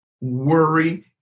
worry